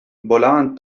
volaban